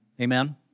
Amen